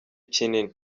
kinini